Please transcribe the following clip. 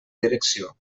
direcció